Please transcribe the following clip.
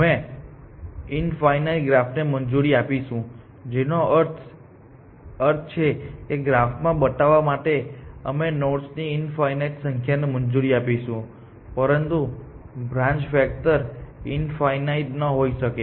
અમે ઇન્ફાઇનાઇટ ગ્રાફને મંજૂરી આપીશું જેનો અર્થ છે ગ્રાફમાં બતાવવા માટે અમે નોડ્સની ઇન્ફાઇનાઇટ સંખ્યાને મંજૂરી આપીશું પરંતુ બ્રાન્ચિન્ગ ફેક્ટર ઇન્ફાઇનાઇટ ન હોઈ શકે